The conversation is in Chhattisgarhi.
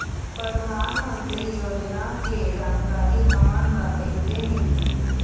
परधानमंतरी योजना के जानकारी हमन ल कइसे मिलही?